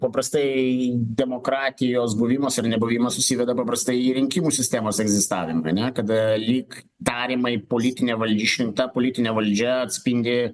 paprastai demokratijos buvimas ar nebuvimas susiveda paprastai į rinkimų sistemos egzistavimą ane kada lyg darymai politinė val išrinkta politinė valdžia atspindi